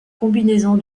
combinaison